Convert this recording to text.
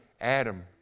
Adam